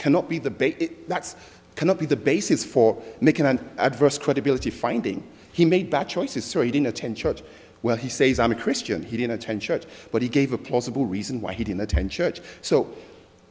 cannot be the base that's cannot be the basis for making an adverse credibility finding he made bad choices so he didn't attend church where he says i'm a christian he didn't attend church but he gave a plausible reason why he didn't attend church so